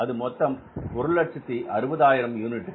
அது மொத்தம் 160000 யூனிட்டுகள்